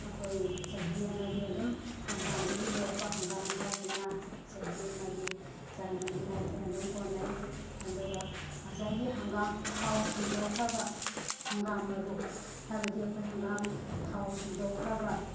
ꯑꯩꯈꯣꯏ ꯆꯍꯤ ꯑꯃꯒꯤ ꯑꯗꯨꯝ ꯍꯪꯒꯥꯝꯗꯒꯤ ꯂꯣꯛꯄ ꯍꯪꯒꯥꯝ ꯊꯥꯎꯁꯤꯅ ꯆꯍꯤ ꯑꯃꯒꯤ ꯆꯥꯅꯅꯤꯡꯉꯥꯏꯒꯤ ꯑꯗꯨꯝ ꯀꯣꯟꯅꯩ ꯑꯗꯨꯒ ꯉꯁꯥꯏꯒꯤ ꯍꯪꯒꯥꯝ ꯊꯥꯎ ꯁꯨꯝꯗꯣꯛꯈ꯭ꯔꯕ ꯍꯥꯡꯒꯝ ꯃꯔꯨꯍꯥꯏꯕꯗꯤ ꯑꯩꯈꯣꯏ ꯍꯪꯒꯥꯝ ꯊꯥꯎ ꯁꯨꯝꯗꯣꯛꯈ꯭ꯔꯕ